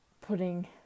putting